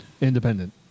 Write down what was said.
Independent